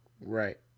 Right